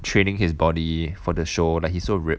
training his body for the show like he so ripped